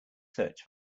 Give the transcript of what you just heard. search